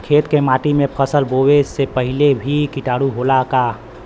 खेत के माटी मे फसल बोवे से पहिले भी किटाणु होला का?